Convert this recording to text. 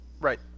Right